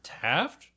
Taft